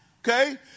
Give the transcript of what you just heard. okay